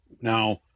Now